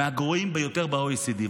היא מהגרועות ביותר ב-OECD.